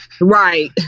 Right